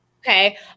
Okay